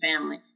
family